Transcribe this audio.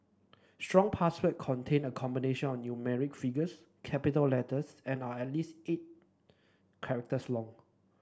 strong password contain a combination of numerical figures capital letters and are at least eight characters long